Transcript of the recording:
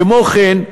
כמו כן,